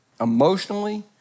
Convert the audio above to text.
emotionally